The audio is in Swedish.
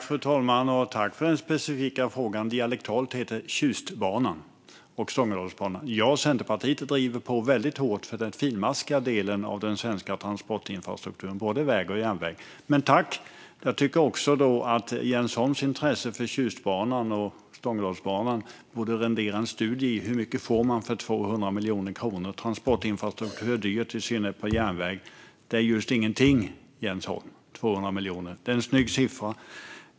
Fru talman! Tack för den specifika frågan! Jag och Centerpartiet driver på väldigt hårt för den finmaskiga delen av den svenska transportinfrastrukturen, både väg och järnväg. Men jag tycker att Jens Holms intresse för Tjustbanan och Stångedalsbanan borde rendera en studie i hur mycket man får för 200 miljoner kronor. Transportinfrastruktur är dyrt, i synnerhet på järnväg. 200 miljoner är just ingenting, Jens Holm. Det är en snygg siffra.